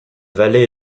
vallée